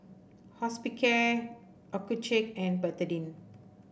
Hospicare Accucheck and Betadine